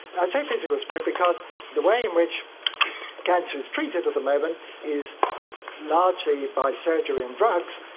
i say physical spread because the way in which cancer is treated at the moment is largely by surgery and drugs,